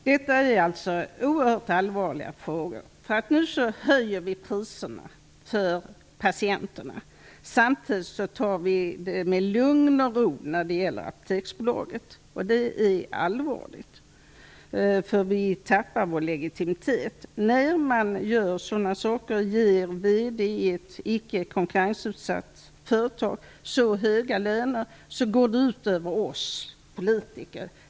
Fru talman! Detta är oerhört allvarliga frågor. Vi höjer nu priserna för patienterna samtidigt som vi tar det med lugn och ro när det gäller Apoteksbolaget. Det är allvarligt, eftersom vi därigenom förlorar vår legitimitet. När man ger VD:n i ett icke konkurrensutsatt företag så hög lön går det ut över oss politiker.